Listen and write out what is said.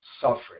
suffering